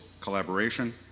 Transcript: collaboration